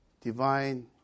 divine